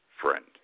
friend